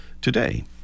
today